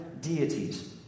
deities